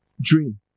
dream